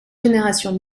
générations